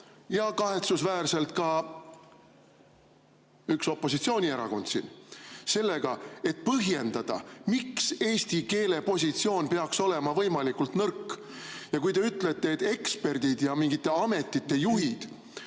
ja kahetsusväärselt ka üks opositsioonierakond siin sellega, et põhjendada, miks eesti keele positsioon peaks olema võimalikult nõrk. Ja kui te ütlete, et eksperdid ja mingite ametite juhid